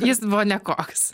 jis buvo nekoks